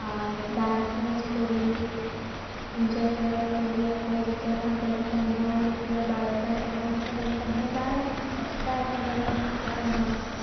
dance chance কৰি enjoy কৰে কৰি আকৌ যেতিয়া খাবলৈ টাইম হয় তেতিয়া বাৰটাত আমাক খাবলৈ টাইম হয় বা দহটা এঘাৰটা মানত খাব টাইম হয়